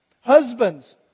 Husbands